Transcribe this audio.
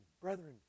brethren